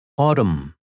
Autumn